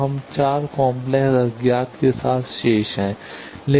तो हम 4 काम्प्लेक्स अज्ञात के साथ शेष हैं